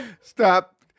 Stop